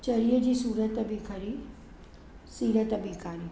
चरीअ जी सूरत बि खरी सीरतु बि कारी